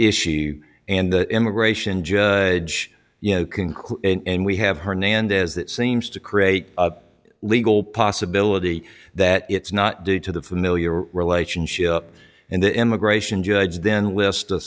issue and the immigration judge you know conclude and we have hernandez that seems to create a legal possibility that it's not due to the familiar relationship and the immigration judge then list a